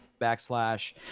backslash